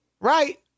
Right